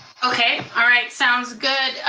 okay, all right, sounds good.